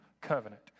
covenant